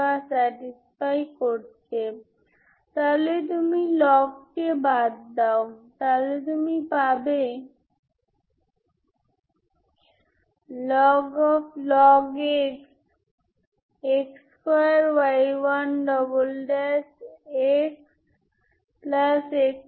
এই সম্পর্কটি ব্যবহার করে যা আমরা আগে প্রমাণ করেছি তাই আমরা বলতে পারি যে P 1 এবং P1 তারা আসলে লিনিয়ার ভাবে নির্ভরশীল